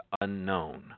unknown